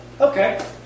okay